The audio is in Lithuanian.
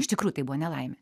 iš tikrųjų tai buvo nelaimė